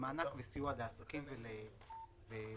מענק סיוע לעסקים ועצמאים